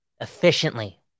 efficiently